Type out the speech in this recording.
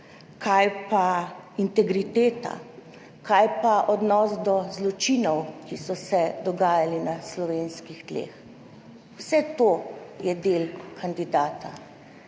Kaj pa integriteta? Kaj pa odnos do zločinov, ki so se dogajali na slovenskih tleh? Vse to je del kandidata.